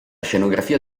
scenografia